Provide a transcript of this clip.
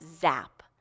zap